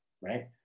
right